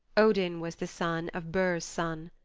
odin was the son of bur's son.